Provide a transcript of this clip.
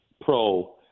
pro